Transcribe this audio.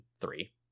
three